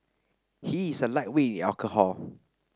he is a lightweight in alcohol